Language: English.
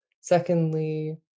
secondly